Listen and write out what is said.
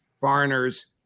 foreigners